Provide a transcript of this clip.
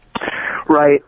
Right